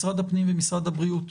משרד הפנים ומשרד הבריאות